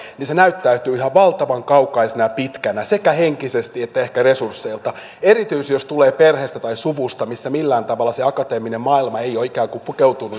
näyttäytyy ihan valtavan kaukaisena ja pitkänä sekä henkisesti että ehkä resursseiltaan erityisesti jos tulee perheestä tai suvusta missä millään tavalla se akateeminen maailma ei ole ikään kuin pukeutunut